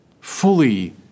fully